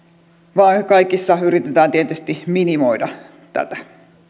vaan kaikessa yritetään tietysti minimoida tätä